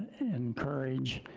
and encourage,